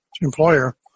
employer